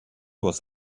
was